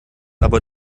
aber